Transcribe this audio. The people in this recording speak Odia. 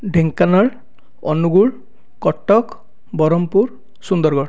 ଢେଙ୍କାନାଳ ଅନୁଗୁଳ କଟକ ବ୍ରହ୍ମପୁର ସୁନ୍ଦରଗଡ଼